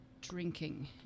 drinking